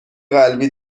قلبی